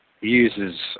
uses